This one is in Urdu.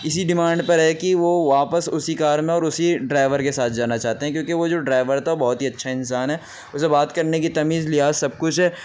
اسی ڈیمانڈ پر ہے کہ وہ واپس اسی کار میں اور اسی ڈرائیور کے ساتھ جانا چاہتے ہیں کیونکہ وہ جو ڈرائیور تھا وہ بہت ہی اچھا انسان ہے اسے بات کرنے کی تمیز لحاظ سب کچھ ہے